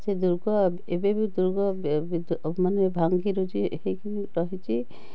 ସେ ଦୁର୍ଗ ଏବେବି ଦୁର୍ଗ ମାନେ ଭାଙ୍ଗିରୁଜି ହେଇକି ରହିଛି